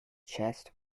chests